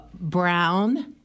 Brown